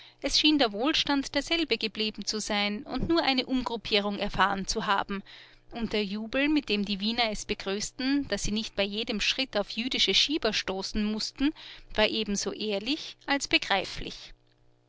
es schien der wohlstand derselbe geblieben zu sein und nur eine umgruppierung erfahren zu haben und der jubel mit dem die wiener es begrüßten daß sie nicht bei jedem schritt auf jüdische schieber stoßen mußten war ebenso ehrlich als begreiflich